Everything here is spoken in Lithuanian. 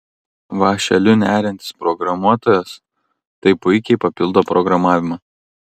vąšeliu neriantis programuotojas tai puikiai papildo programavimą